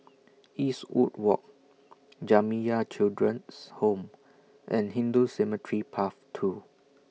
Eastwood Walk Jamiyah Children's Home and Hindu Cemetery Path two